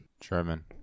german